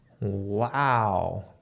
wow